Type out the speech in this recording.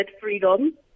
freedom